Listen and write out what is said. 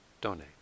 donate